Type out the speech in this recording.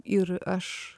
ir aš